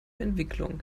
entwicklung